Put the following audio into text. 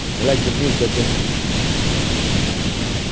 i like the milk, i don't eat the cheese and why?